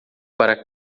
para